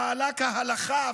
פעלה כהלכה,